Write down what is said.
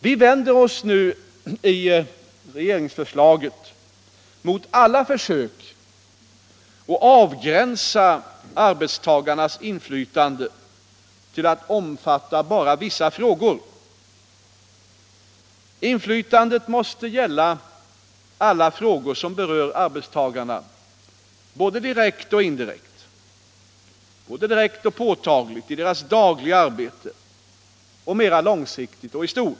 Vi vänder oss i vårt förslag mot alla försök att avgränsa arbetstagarnas inflytande till att omfatta endast vissa frågor. Inflytandet måste gälla alla frågor som berör arbetstagarna, både direkt och påtagligt i deras dagliga arbete och mera långsiktigt och i stort.